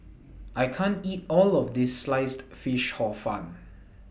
I can't eat All of This Sliced Fish Hor Fun